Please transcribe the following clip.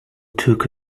took